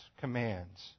commands